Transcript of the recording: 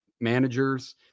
managers